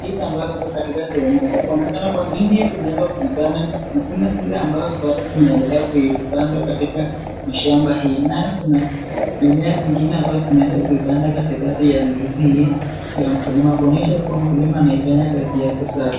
jinsi ambavyo ziko katika sehemu moja. Kwa maana kana kwamba ndizi hizi zimeweza kuibana na kuna zile ambazo bado zinaendelea kuipandwa katika mashamba hii. Nayo kuna mimea zingine ambazo zimeweza kuipanda katikati ya ndizi hii ya mkulima kuonyesha kuwa mkulima anaifanya kazi yake safi.